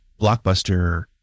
blockbuster